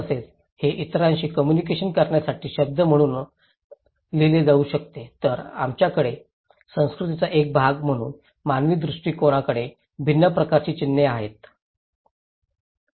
तसेच हे इतरांशी कोम्मुनिकेशन करण्यासाठी शब्द म्हणून लिहिले जाऊ शकते तर आपल्याकडे संस्कृतीचा एक भाग म्हणून मानवी दृष्टिकोनाकडे भिन्न प्रकारची चिन्हे आहेत